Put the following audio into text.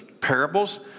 parables